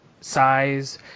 size